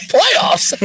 Playoffs